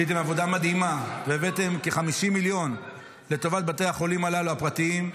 עשיתם עבודה מדהימה והבאתם כ-50 מיליון לטובת בתי החולים הללו הפרטיים.